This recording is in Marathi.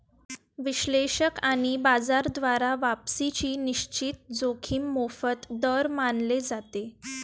विश्लेषक आणि बाजार द्वारा वापसीची निश्चित जोखीम मोफत दर मानले जाते